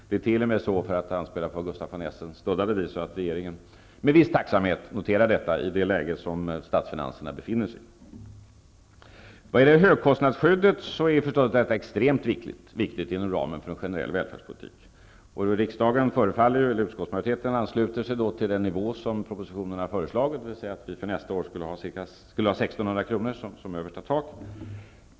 Det är t.o.m. så, för att anspela på det som Gustaf von Essen sade, att regeringen med viss tacksamhet noterar detta i det läge som statsfinanserna befinner sig i. Högkostnadsskyddet är naturligtvis extremt viktigt inom ramen för en generell välfärdspolitik. Utskottsmajoriteten ansluter sig till den nivå som har föreslagits i propositionen, dvs. att det översta taket för nästa år skall vara 1 600 kr.